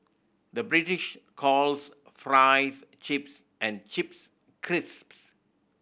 the British calls fries chips and chips crisps